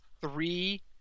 three